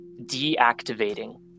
deactivating